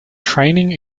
training